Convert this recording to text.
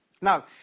Now